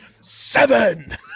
Seven